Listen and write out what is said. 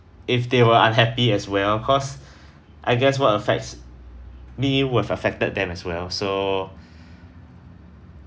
if they were unhappy as well cause I guess what affects me would have affected them as well so